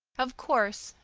of course,